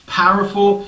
powerful